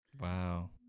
wow